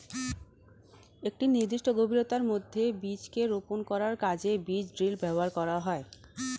একটি নির্দিষ্ট গভীরতার মধ্যে বীজকে রোপন করার কাজে বীজ ড্রিল ব্যবহার করা হয়